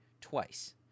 twice